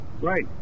Right